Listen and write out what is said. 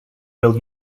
will